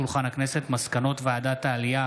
מסקנות ועדת העלייה,